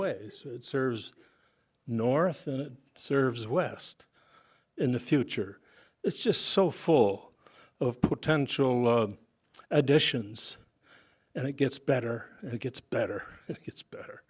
ways serves north and serves west in the future it's just so full of potential additions and it gets better it gets better it gets better